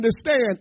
understand